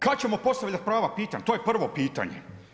Kad ćemo postavljat prava pitanja to je prvo pitanje?